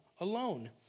alone